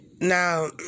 Now